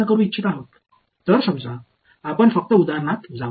ஆகவே உதாரணத்திற்கு நேராக செல்லலாம் என்று வைத்துக்கொள்வோம்